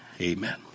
Amen